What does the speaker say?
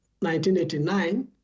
1989